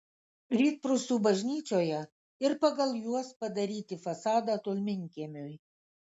rytprūsių bažnyčioje ir pagal juos padaryti fasadą tolminkiemiui